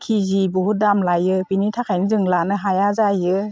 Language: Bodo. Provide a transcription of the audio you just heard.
खेजि बहुद दाम लायो बिनि थाखायनो जों लानो हाया जायो